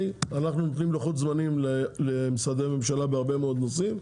אנחנו נותנים לוחות זמנים למשרדי ממשלה בהרבה מאוד נושאים,